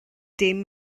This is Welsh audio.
dim